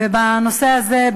בנושא הזה,